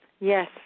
Yes